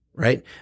Right